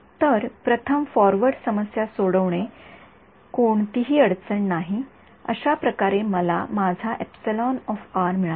तर प्रथम फॉरवर्ड समस्या सोडवणे कोणतीही अडचण नाही अशा प्रकारे मला माझा मिळाला